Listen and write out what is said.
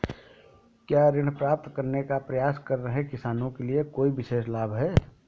क्या ऋण प्राप्त करने का प्रयास कर रहे किसानों के लिए कोई विशेष लाभ हैं?